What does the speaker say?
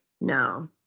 No